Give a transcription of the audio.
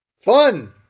fun